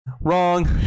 Wrong